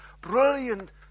Brilliant